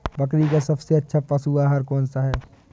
बकरी का सबसे अच्छा पशु आहार कौन सा है?